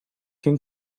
can